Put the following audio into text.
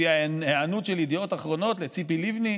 לפי ההיענות של ידיעות אחרונות לציפי לבני,